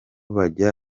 bajya